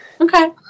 okay